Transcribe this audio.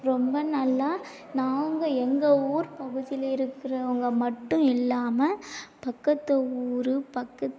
ரொம்ப நல்லா நாங்கள் எங்கள் ஊர் பகுதியில் இருக்கிறவங்க மட்டும் இல்லாமல் பக்கத்துக்கு ஊர் பக்கத்து